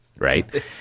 Right